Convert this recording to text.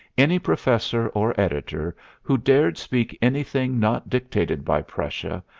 any professor or editor who dared speak anything not dictated by prussia,